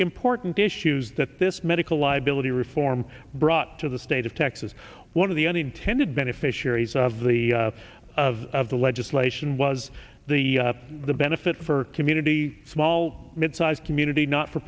important issues that this medical liability reform brought to the state of texas one of the unintended beneficiaries of the of the legislation was the the benefit for community small mid sized community not for